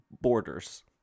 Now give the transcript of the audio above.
borders